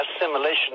assimilation